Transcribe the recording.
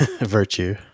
virtue